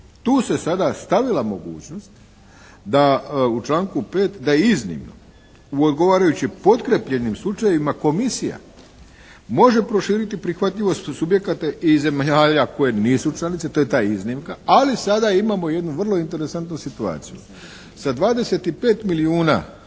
tu se sada stavila mogućnost da u članku 5., da je iznimno u odgovarajuće potkrijepljenim slučajevima komisija može proširiti prihvatljivost subjekata i zemalja koje nisu članice, to je ta iznimka, ali sada imamo jednu vrlo interesantnu situaciju. Sa 25 milijuna